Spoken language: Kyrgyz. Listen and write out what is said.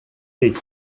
дейт